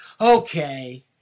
okay